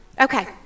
Okay